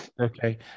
okay